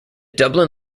dublin